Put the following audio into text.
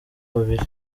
babiri